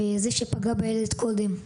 וזה שפגע בילד קודם.